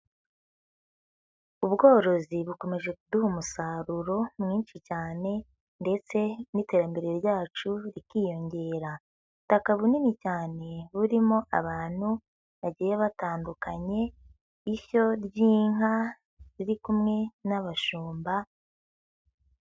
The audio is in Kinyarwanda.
Ubworozi bukomeje kuduha umusaruro mwinshi cyane ndetse n'iterambere ryacu rikiyongera . Ubutaka bunini cyane burimo abantu bagiye batandukanye, ishyo ry'inka ziri kumwe n'abashumba.